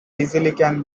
easily